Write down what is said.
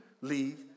leave